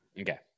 Okay